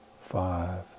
five